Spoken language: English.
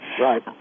Right